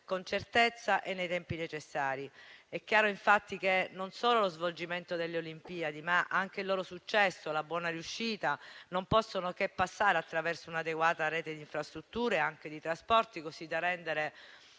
con certezza e nei tempi necessari. È chiaro infatti che non solo lo svolgimento delle Olimpiadi, ma anche il loro successo e la buona riuscita non possono che passare attraverso un'adeguata rete di infrastrutture e anche di trasporti, così da rendere